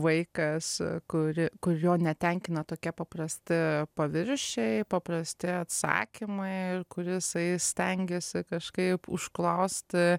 vaikas kuri kur jo netenkina tokie paprasti paviršiai paprasti atsakymai ir kur jisai stengiasi kažkaip užklausti